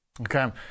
Okay